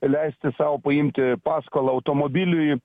leisti sau paimti paskolą automobiliui